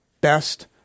best